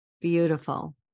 Beautiful